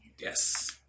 Yes